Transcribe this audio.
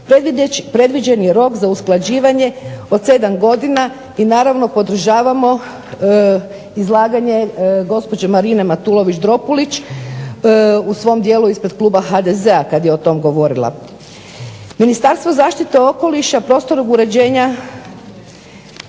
predviđen je rok za usklađivanje od 7 godina i naravno podržavamo izlaganje gospođe Marine Matulović-Dropulić u svom dijelu ispred kluba HDZ-a kad je o tom govorila.